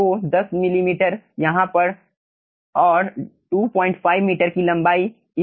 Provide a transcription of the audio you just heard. तो 10 मिलीमीटर यहाँ पर और 25 मीटर की लंबाई